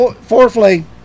fourthly